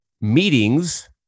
meetings